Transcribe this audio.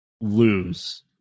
lose